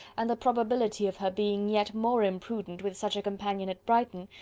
and the probability of her being yet more imprudent with such a companion at brighton,